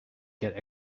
get